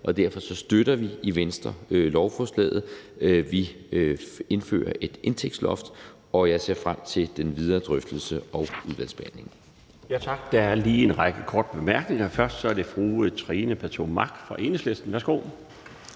derfor støtter vi i Venstre lovforslaget. Vi indfører et indtægtsloft, og jeg ser frem til den videre drøftelse og udvalgsbehandlingen.